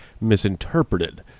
misinterpreted